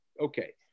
Okay